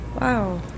Wow